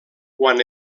quan